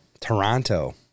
Toronto